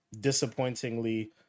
disappointingly